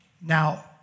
Now